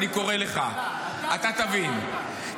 אני מקריא לך, אתה תבין.